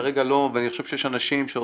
ואני חושב שיש אנשים שעושים,